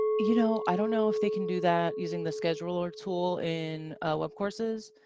you know, i don't know if they can do that using the scheduler tool in webcourses.